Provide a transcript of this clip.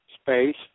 space